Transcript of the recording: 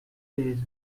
days